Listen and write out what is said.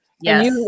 Yes